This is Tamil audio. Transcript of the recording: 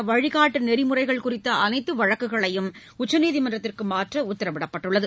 சமூக ஊடகங்களுக்கான வழிக்காட்டு நெறிமுறைகள் குறித்த அனைத்த வழக்குகளையும் உச்சநீதிமன்றத்திற்கு மாற்ற உத்தரவிடப்பட்டுள்ளது